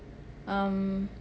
um